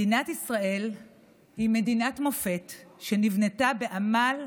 מדינת ישראל היא מדינת מופת שנבנתה בעמל,